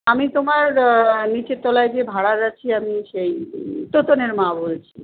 আমি তোমার নিচের তলায় যে ভাড়ার আছি আমি সেই তোতনের মা বলছি